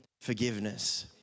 forgiveness